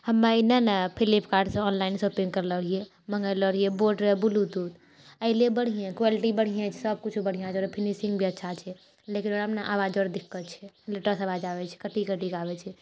हम एन्ने ने फ्लिपकार्टसँ ऑनलाइन शॉपिङ्ग करलऽ रहिए मँगैलऽ रहिए बोट रऽ ब्लूटूथ अएलै बढ़िए क्वालिटी बढ़िआँ छै सबकिछु बढ़िआँ छै ओकर फिनिशिङ्ग भी अच्छा छै लेकिन ओकरामे नहि आवाज रऽ दिक्कत छै उल्टासँ आवाज आबै छै कटि कटिकऽ आबै छै